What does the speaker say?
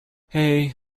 hey